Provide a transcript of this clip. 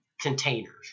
containers